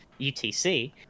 utc